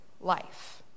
life